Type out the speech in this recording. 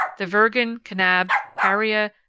the virgen, kanab, paria,